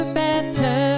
better